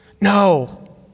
No